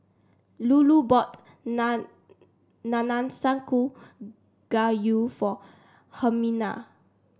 Lulu bought Nanakusa Gayu for Hermina